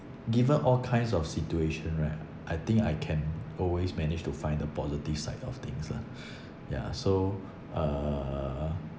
given all kinds of situation right I think I can always manage to find the positive side of things lah ya so uh